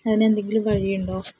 അതിനെന്തെങ്കിലും വഴിയുണ്ടോ